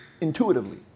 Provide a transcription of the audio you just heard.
intuitively